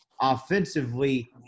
offensively